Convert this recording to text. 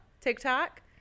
TikTok